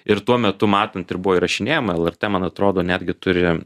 ir tuo metu matant ir buvo įrašinėjama lrt man atrodo netgi turi